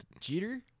Jeter